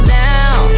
down